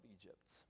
Egypt